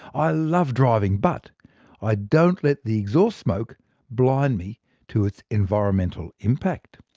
i love driving but i don't let the exhaust smoke blind me to its environmental impact.